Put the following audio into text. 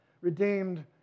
redeemed